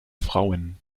frauen